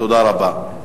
תודה רבה.